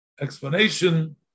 explanation